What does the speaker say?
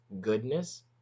goodness